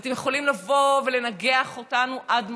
ואתם יכולים לבוא ולנגח אותנו עד מחר,